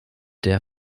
der